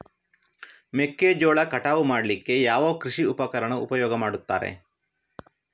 ಮೆಕ್ಕೆಜೋಳ ಕಟಾವು ಮಾಡ್ಲಿಕ್ಕೆ ಯಾವ ಕೃಷಿ ಉಪಕರಣ ಉಪಯೋಗ ಮಾಡ್ತಾರೆ?